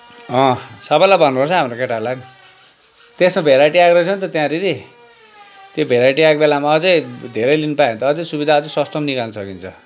अँ सबैलाई भन्नु पर्छ है हाम्रो केटाहरूलाई पनि त्यस्तो भेराइटी आएको रहेछ नि त त्यहाँनिर त्यो भेराइटी आएको बेलामा अझै धेरै लिन पायो भने त अझै सुविधा अझै सस्तो पनि निकाल्न सकिन्छ